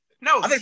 No